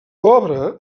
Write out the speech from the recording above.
obra